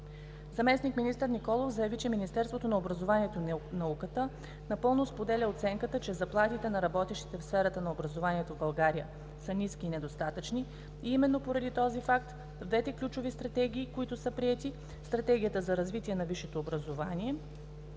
Заместник-министър Николов заяви, че Министерството на образованието и науката напълно споделя оценката, че заплатите на работещите в сферата на образованието в България са ниски и недостатъчни и именно поради този факт в двете ключови стратегии, които са приети – Стратегията за развитие на висшето образование